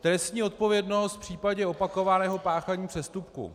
Trestní odpovědnost v případě opakovaného páchání přestupků.